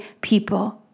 people